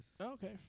Okay